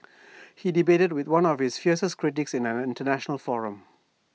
he debated with one of his fiercest critics in an International forum